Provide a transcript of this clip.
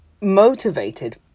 motivated